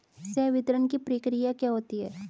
संवितरण की प्रक्रिया क्या होती है?